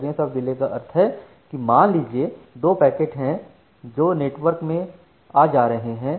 variance of delay का अर्थ है कि मान लीजिए दो पैकेट हैं जो नेटवर्क से आ जा रहे हैं